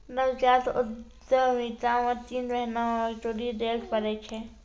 नवजात उद्यमिता मे तीन महीना मे मजदूरी दैल पड़ै छै